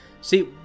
See